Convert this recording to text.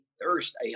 thirst